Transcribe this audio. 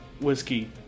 Whiskey